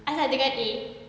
asal dengan A